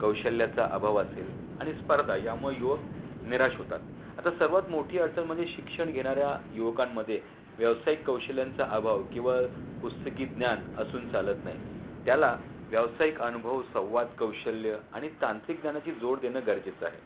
कौशल्याचा अभाव असेल आणि स्पर्धा यामुळे युवक निराश होतात आता सर्वात मोठी अडचण म्हणजे शिक्षण घेणाऱ्या युवकांमध्ये व्यावसायिक कौशल्यांचा अभाव किंवा पुस्तकी ज्ञान असून चालत नाही त्याला व्यावसायिक अनुभव संवाद कौशल्य आणि तांत्रिक ज्ञानाची जोड देणं गरजेचं आहे